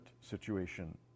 situation